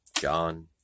John